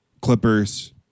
Clippers